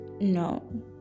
No